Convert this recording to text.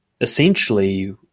essentially